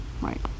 right